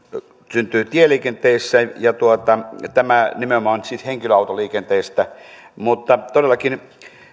syntyy tieliikenteessä tämä nimenomaan siis henkilöautoliikenteestä mutta todellakin